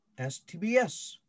STBS